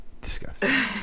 Discuss